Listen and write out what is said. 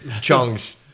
Chong's